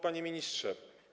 Panie Ministrze!